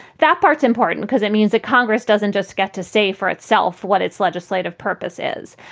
that part's important because it means that congress doesn't just get to say for itself what its legislative purpose is.